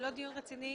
ללא דיון רציני,